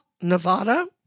Nevada